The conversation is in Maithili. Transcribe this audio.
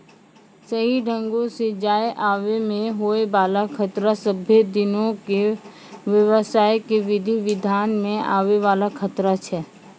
सही ढंगो से जाय आवै मे होय बाला खतरा सभ्भे दिनो के व्यवसाय के विधि विधान मे आवै वाला खतरा छै